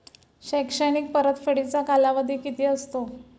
शैक्षणिक परतफेडीचा कालावधी किती असतो?